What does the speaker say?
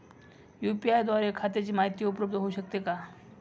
UPI द्वारे खात्याची माहिती उपलब्ध होऊ शकते का?